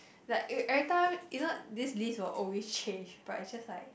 like e~ every time you know this list will always change but it's just like